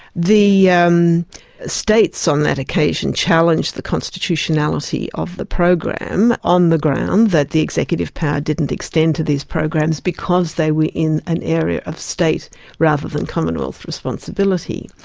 the yeah um states on that occasion challenged the constitutionality of the program on the ground that the executive power didn't extend to these programs because they were in an area of state rather than commonwealth responsibility,